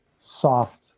soft